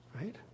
Right